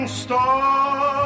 star